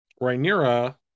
Rhaenyra